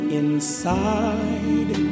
inside